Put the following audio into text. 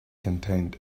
contained